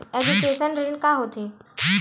Education ऋण का होथे?